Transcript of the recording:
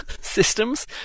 systems